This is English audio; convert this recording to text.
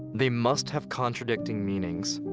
they must have contradicting meanings!